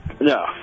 No